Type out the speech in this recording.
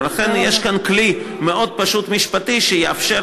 ולכן יש כאן כלי משפטי מאוד פשוט,